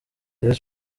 rayon